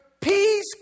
peace